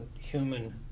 human